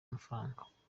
amafaranga